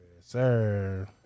Sir